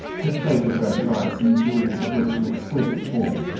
tis plate of rare device, and jewels of rich and exquisite form,